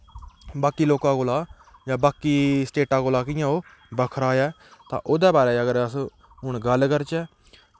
बाकी लोकें कोला जां बाकी स्टेटें कोली कियां ओह् बक्खरा ऐ तां ओह्दे बारे च अगर अस हून गल्ल करचै